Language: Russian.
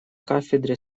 кафедре